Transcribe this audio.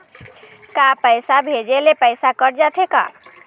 का पैसा भेजे ले पैसा कट जाथे का?